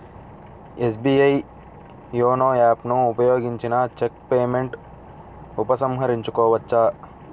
SBI YONO app ను ఉపయోగించిన cheque payment ఉపసంహరించుకోవచ్చు